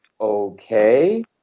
Okay